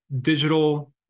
digital